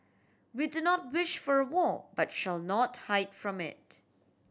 we do not wish for a war but shall not hide from it